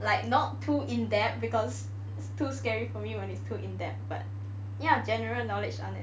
like not too in depth because it's too scary for me when it's too in depth but ya general knowledge on it